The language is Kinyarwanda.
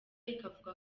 ikavuga